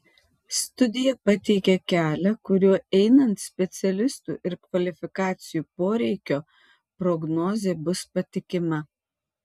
studija pateikia kelią kuriuo einant specialistų ir kvalifikacijų poreikio prognozė bus patikima